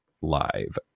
Live